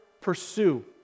pursue